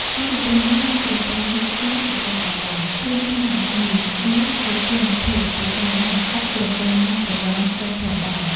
កាលពីព្រេងនាយ មានក្រពើមួយឈ្មោះ " សុពណ៌កាឡី” ខ្លួនធំមហិមា មានឫទ្ធានុភាពពូកែណាស់ ឥត ក្រពើណាប្រឡងឫទ្ធិផងបាន។